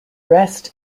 rest